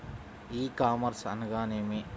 ఈ కామర్స్ అనగా నేమి?